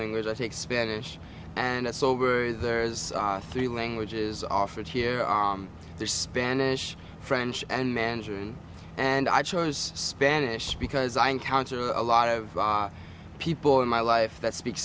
lingers i think spanish and it's over there is three languages offered here there's spanish french and mandarin and i chose spanish because i encounter a lot of people in my life that speak